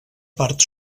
part